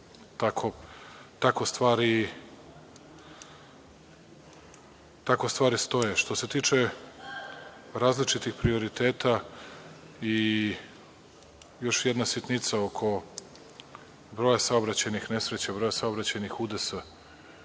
Tako stvari stoje. Što se tiče različitih prioriteta i još jedna sitnica oko broja saobraćajnih nesreća, saobraćajnih udesa.